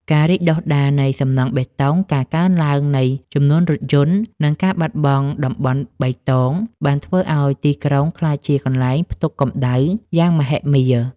ការរីកដុះដាលនៃសំណង់បេតុង ការកើនឡើងនៃចំនួនរថយន្ត និងការបាត់បង់តំបន់បៃតង បានធ្វើឱ្យទីក្រុងក្លាយជាកន្លែងផ្ទុកកម្ដៅយ៉ាងមហិមា។